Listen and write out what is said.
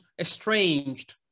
estranged